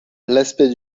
l’aspect